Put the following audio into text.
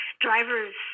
drivers